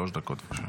שלוש דקות בבקשה.